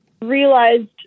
realized